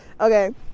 Okay